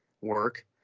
work